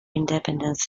independence